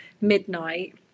midnight